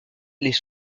les